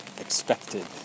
expected